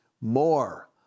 more